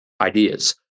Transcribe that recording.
ideas